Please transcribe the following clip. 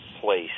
place